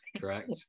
correct